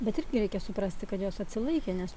bet irgi reikia suprasti kad jos atsilaikė nes